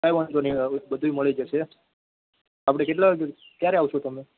કાઇ વાંધો નહીં હવે તો બધું ય જ મળી જશે આપણે કેટલા વાગે ક્યારે આવશો તમે